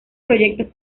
proyectos